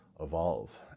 evolve